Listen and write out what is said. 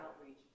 outreach